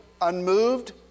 unmoved